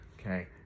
okay